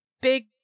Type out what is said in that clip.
big